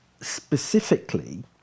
specifically